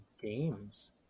games